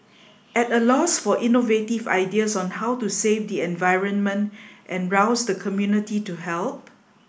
at a loss for innovative ideas on how to save the environment and rouse the community to help